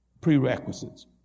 Prerequisites